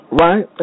Right